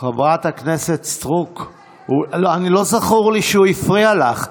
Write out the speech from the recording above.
חברת הכנסת סטרוק, לא זכור לי שהוא הפריע לך.